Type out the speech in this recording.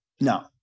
No